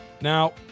Now